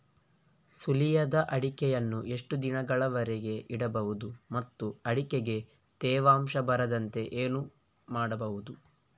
ಸುಲಿಯದ ಅಡಿಕೆಯನ್ನು ಎಷ್ಟು ದಿನಗಳವರೆಗೆ ಇಡಬಹುದು ಮತ್ತು ಅಡಿಕೆಗೆ ತೇವಾಂಶ ಬರದಂತೆ ಏನು ಮಾಡಬಹುದು?